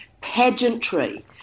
pageantry